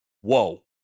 whoa